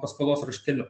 paskolos rašteliu